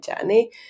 journey